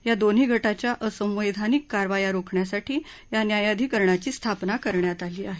या दोन्ही गटांच्या असंवैधानिक कारवाया रोखण्यासाठी या न्यायाधिकरणाची स्थापना करण्यात आली आहे